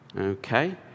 okay